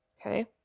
Okay